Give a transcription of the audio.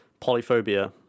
Polyphobia